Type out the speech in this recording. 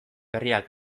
berriak